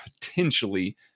potentially